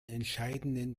entscheidenden